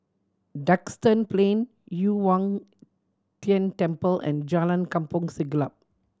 Duxton Plain Yu Huang Tian Temple and Jalan Kampong Siglap